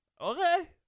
Okay